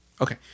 Okay